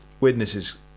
witnesses